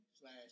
slash